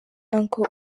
uncle